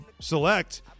select